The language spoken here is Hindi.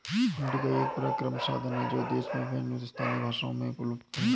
हुंडी एक परक्राम्य साधन है जो देश में विभिन्न स्थानीय भाषाओं में उपलब्ध हैं